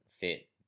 fit